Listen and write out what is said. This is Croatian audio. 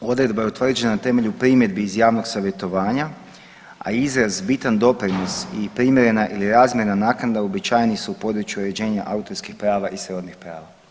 Odredba … [[Govornik se ne razumije]] na temelju primjedbi iz javnog savjetovanja, a izraz bitan doprinos i primjerena ili razmjerna naknada uobičajeni su u području uređenja autorskih prava i srodnih prava.